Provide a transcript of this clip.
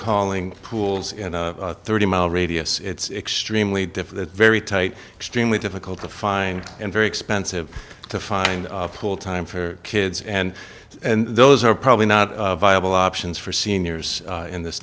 calling pools in a thirty mile radius it's extremely difficult very tight extremely difficult to find and very expensive to find a pool time for kids and those are probably not viable options for seniors in this